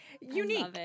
Unique